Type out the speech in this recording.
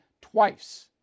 twice